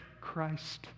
Christ